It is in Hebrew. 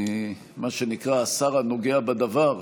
מה שנקרא השר הנוגע בדבר,